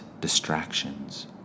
distractions